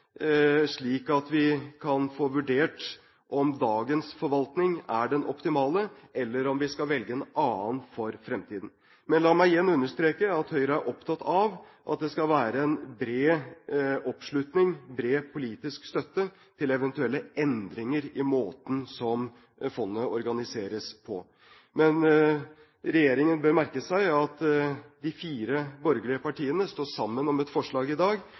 slik at vi kan få vurdert om dagens forvaltning er den optimale, eller om vi skal velge en annen for fremtiden. Men la meg igjen understreke at Høyre er opptatt av at det skal være en bred politisk oppslutning og støtte til eventuelle endringer i måten som fondet organiseres på. Men regjeringen bør merke seg at de fire borgerlige partiene står sammen om et forslag i dag,